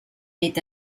est